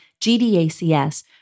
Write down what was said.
GDACS